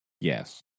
yes